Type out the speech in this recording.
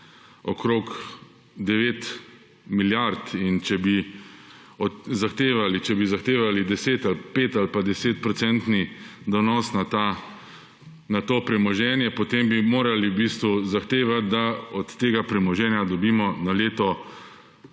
okrog 9 milijard in če bi zahtevali 10 ali 5 % donos na to premoženje, potem bi morali v bistvu zahtevati, da od tega premoženja dobimo na leto